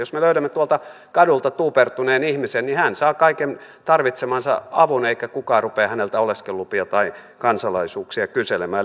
jos me löydämme tuolta kadulta tuupertuneen ihmisen niin hän saa kaiken tarvitsemansa avun eikä kukaan rupea häneltä oleskelulupia tai kansalaisuuksia kyselemään